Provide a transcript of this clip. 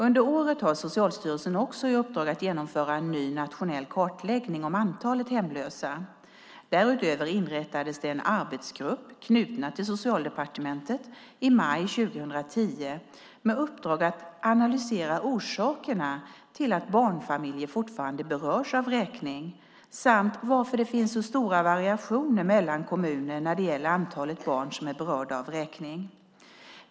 Under året har Socialstyrelsen också i uppdrag att genomföra en ny nationell kartläggning av antalet hemlösa. Därutöver inrättades det en arbetsgrupp knuten till Socialdepartementet i maj 2010 med uppdrag att analysera orsakerna till att barnfamiljer fortfarande berörs av vräkning samt varför det finns så stora variationer mellan kommuner när det gäller antalet barn som är berörda av vräkning.